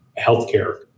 healthcare